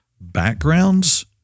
backgrounds